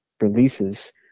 releases